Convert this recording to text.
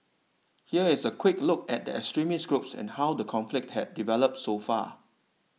here is a quick look at the extremist groups and how the conflict has developed so far